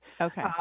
okay